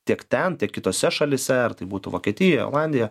tiek ten tiek kitose šalyse ar tai būtų vokietija olandija